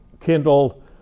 kindled